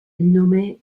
nommée